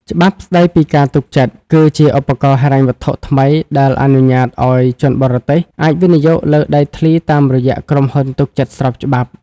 ច្បាប់ស្ដីពីការទុកចិត្ត គឺជាឧបករណ៍ហិរញ្ញវត្ថុថ្មីដែលអនុញ្ញាតឱ្យជនបរទេសអាចវិនិយោគលើដីធ្លីតាមរយៈក្រុមហ៊ុនទុកចិត្តស្របច្បាប់។